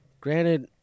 granted